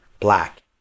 Black